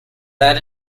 that